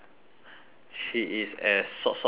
she is as sot sot as me